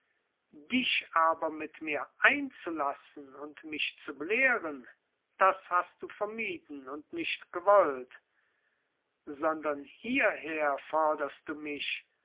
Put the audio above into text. dich aber mit mir einzulassen und mich zu belehren das hast du vermieden und nicht gewollt sondern hierher forderst du mich